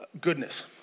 goodness